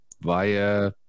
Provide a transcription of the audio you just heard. via